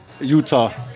Utah